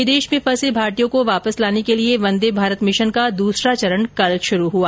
विदेश में फंसे भारतीयों को वापस लाने के लिये वंदे भारत मिशन का दूसरा चरण कल शुरू हआ